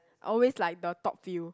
always like the top few